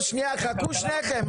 לא שנייה, חכו שניכם.